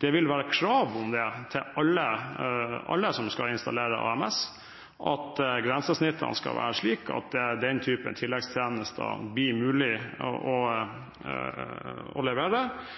Det vil være krav om det til alle som skal installere AMS, at grensesnittene skal være slik at den typen tilleggstjenester blir mulig å levere.